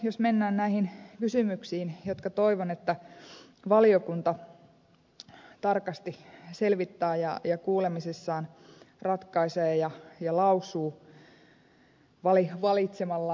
sitten mennään näihin kysymyksiin jotka toivon valiokunnan tarkasti selvittävän ja kuulemisissaan ratkaisevan ja lausuvan valitsemallaan tavalla